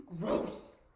Gross